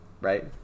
right